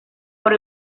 por